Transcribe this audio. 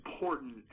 important